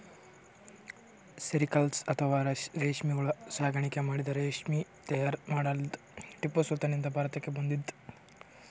sericulture ಅಥವಾ ರೇಶ್ಮಿ ಹುಳ ಸಾಕಾಣಿಕೆ ಮಾಡಿ ರೇಶ್ಮಿ ತೈಯಾರ್ ಮಾಡದ್ದ್ ಟಿಪ್ಪು ಸುಲ್ತಾನ್ ನಿಂದ್ ಭಾರತಕ್ಕ್ ಬಂದದ್